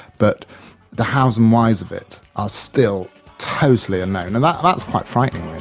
but the hows and whys of it are still totally unknown. and that's quite frightening.